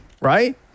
Right